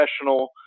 professional